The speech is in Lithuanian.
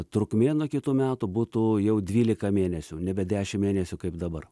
trukmė nuo kitų metų būtų jau dvylika mėnesių nebe dešimt mėnesių kaip dabar